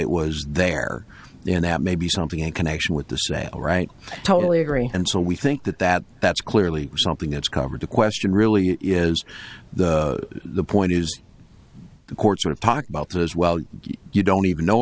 it was there then that maybe something in connection with the sale right totally agree and so we think that that that's clearly something that's covered the question really is the point is the courts have talked about that as well you don't even know